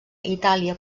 itàlia